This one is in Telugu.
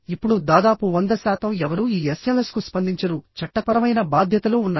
ఇప్పుడు దాదాపు 100 శాతం ఎవరూ ఈ ఎస్ఎంఎస్కు స్పందించరు చట్టపరమైన బాధ్యతలు ఉన్నాయి